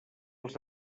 els